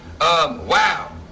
wow